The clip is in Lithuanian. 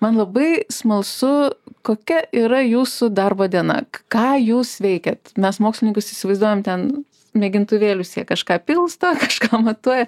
man labai smalsu kokia yra jūsų darbo diena ką jūs veikiat mes mokslininkus įsivaizduojam ten mėgintuvėlius jie kažką pilsto kažką matuoja